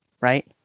right